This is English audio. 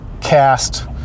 Cast